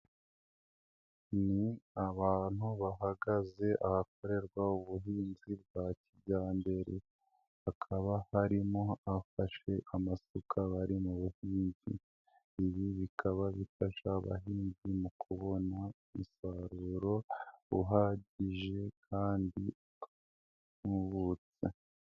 Ni abantu bahagaze ahakorerwa ubuhinzi bwa kijyambere, hakaba harimo abafashe amasuka bari mu buhinzi, ibi bikaba bifasha abahinzi mu kubona umusaruro uhagije kandi utubutse.